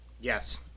Yes